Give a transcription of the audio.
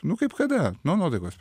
nu kaip kada nuo nuotaikos